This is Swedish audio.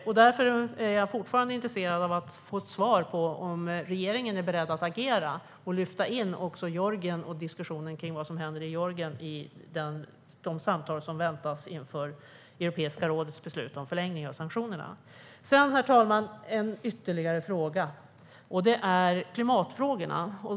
Jag vill därför fortfarande få svar på om regeringen är beredd att agera och även lyfta in Georgien och diskussion om vad som händer där i de samtal som väntas inför Europeiska rådets beslut om förlängning av sanktionerna. Herr talman! Jag har ytterligare en fråga. Den handlar om klimatet.